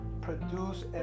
produce